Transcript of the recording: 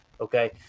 Okay